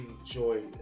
enjoy